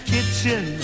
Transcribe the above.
Kitchen